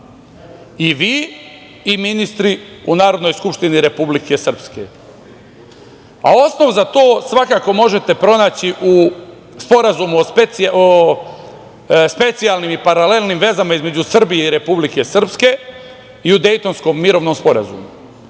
i vi i ministri u Narodnoj skupštini Republike Srpske. Osnov za to svakako možete pronaći u Sporazumu o specijalnim i paralelnim vezama između Srbije i Republike Srpske i u Dejtonskom mirovnom sporazumu.